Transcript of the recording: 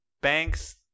Banks